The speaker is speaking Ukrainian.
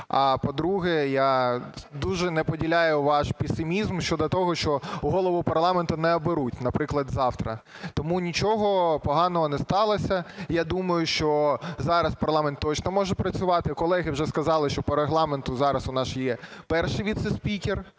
А, по-друге, я дуже не поділяю ваш песимізм щодо того, що голову парламенту не оберуть, наприклад, завтра. Тому нічого поганого не сталося, я думаю, що зараз парламент точно може працювати. Колеги вже сказали, що по Регламенту зараз у нас є перший віцеспікер,